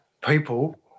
people